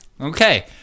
Okay